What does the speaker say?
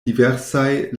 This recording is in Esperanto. diversaj